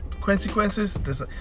consequences